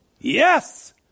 Yes